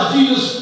Jesus